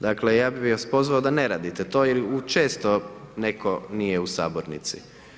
Dakle, ja bih vas pozvao da ne radite to jer često neko nije u sabornici.